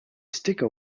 sticker